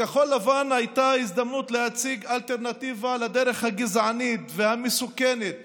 לכחול לבן הייתה הזדמנות להציג אלטרנטיבה לדרך הגזענית והמסוכנת